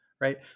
Right